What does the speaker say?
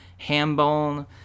Hambone